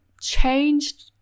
changed